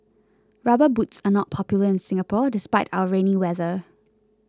rubber boots are not popular in Singapore despite our rainy weather